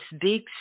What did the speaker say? big